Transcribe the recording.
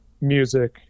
music